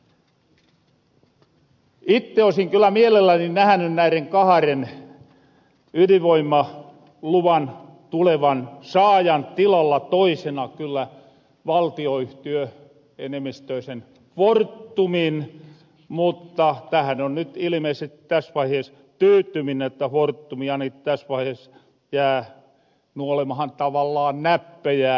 itte oisin kyllä mielelläni nähäny näiren kaharen ydinvoimaluvan tulevan saajan tilalla toisena kyllä valtioenemmistösen forttumin mutta tähän on nyt ilmeisesti täs vaihees tyytyminen että forttumi ainaki täs vaihees jää nuolemahan tavallaan näppejään